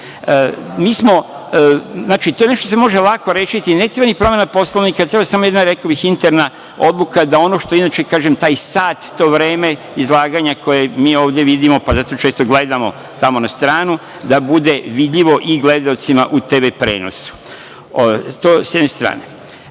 uređivanja. Znači, to je nešto što se može lako rešiti. Ne treba ni promena Poslovnika, treba smo jedna, rekao bih, interna odluka da ono što inače kažem, taj sat, to vreme izlaganja koje mi ovde vidimo, pa zato često gledamo tamo na stranu, da bude vidljivo i gledaocima u TV prenosu. To je sa jedne strane. Ovde